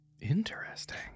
interesting